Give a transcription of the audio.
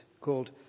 called